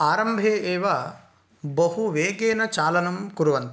आरम्भे एव बहुवेगेन चालनं कुर्वन्ति